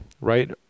right